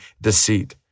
deceit